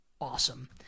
awesome